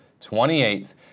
28th